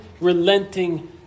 relenting